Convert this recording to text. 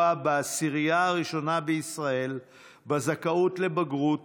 בעשירייה הראשונה בישראל בזכאות לבגרות